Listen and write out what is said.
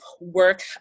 work